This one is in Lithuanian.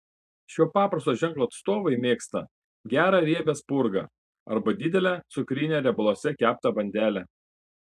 šio paprasto ženklo atstovai mėgsta gerą riebią spurgą arba didelę cukrinę riebaluose keptą bandelę